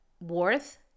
worth